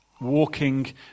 walking